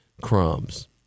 crumbs